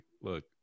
look